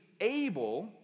able